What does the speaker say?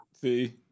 See